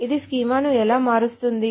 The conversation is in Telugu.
ఇది స్కీమాను ఎలా మారుస్తుంది